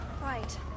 Right